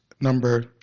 number